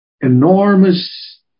enormous